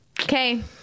Okay